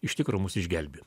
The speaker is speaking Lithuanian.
iš tikro mus išgelbėjo